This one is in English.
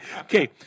Okay